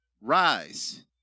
Rise